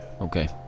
Okay